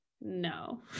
no